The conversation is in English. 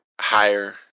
higher